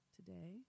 Today